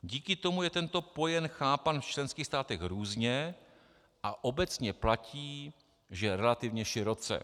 Díky tomu je tento pojem chápán v členských státech různě a obecně platí, že relativně široce.